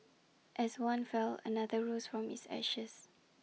as one fell another rose from its ashes